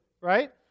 right